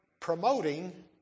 promoting